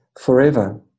forever